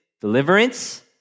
deliverance